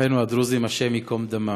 אחינו הדרוזים, השם ייקום דמם.